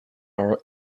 our